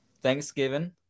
Thanksgiving